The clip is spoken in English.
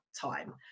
time